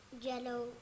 yellow